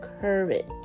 courage